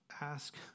ask